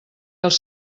els